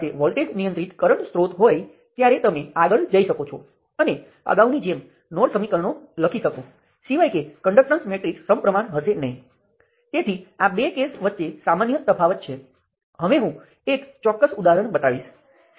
તેથી અહીં ત્રણ મેશ છે અને દાખલા તરીકે તમે જોઈ શકો છો આ બહારની શાખાઓ વડે માત્ર એક જ મેશ છે દાખલા તરીકે આ શાખા ફક્ત તે મેશની છે આ શાખા ફક્ત તેની જ છે આ શાખા ફક્ત તેની જ છે